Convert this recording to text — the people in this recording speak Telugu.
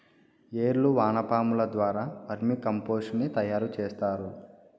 ఏర్లు వానపాముల ద్వారా వర్మి కంపోస్టుని తయారు చేస్తారు